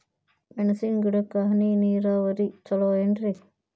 ಮೆಣಸಿನ ಗಿಡಕ್ಕ ಹನಿ ನೇರಾವರಿ ಛಲೋ ಏನ್ರಿ?